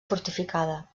fortificada